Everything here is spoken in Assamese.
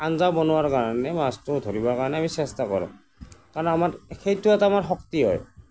আঞ্জা বনোৱাৰ কাৰণে মাছটো ধৰিবৰ কাৰণে আমি চেষ্টা কৰোঁ কাৰণ আমাৰ সেইটো এটা আমাৰ শক্তি হয়